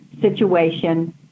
situation